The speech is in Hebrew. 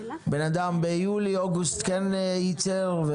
בן אדם ביולי-אוגוסט כן ייצר.